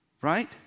Right